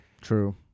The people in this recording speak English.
True